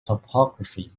topography